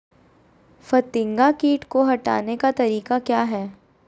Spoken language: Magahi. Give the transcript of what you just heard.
फतिंगा किट को हटाने का तरीका क्या है?